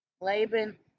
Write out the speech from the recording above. Laban